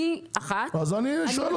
אני אחת ואני מבקשת